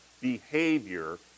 behavior